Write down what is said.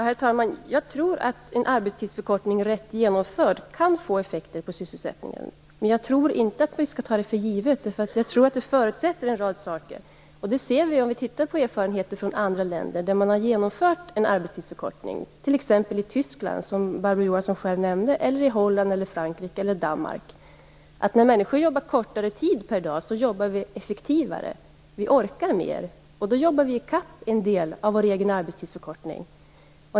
Herr talman! Jag tror att en arbetstidsförkortning, rätt genomförd, kan få effekter på sysselsättningen. Men vi skall inte ta det för givet, därför att det förutsätter en rad saker. Det ser vi också om vi tittar på erfarenheter från andra länder där man har genomfört arbetstidsförkortning, t.ex. Tyskland, som Barbro Johansson nämnde, Holland, Frankrike eller Danmark. När människor jobbar kortare tid per dag jobbar de effektivare och orkar mera. Det gör att de jobbar i kapp en del av den egna arbetstidsförkortningen.